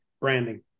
branding